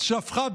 שהפכה ברגע,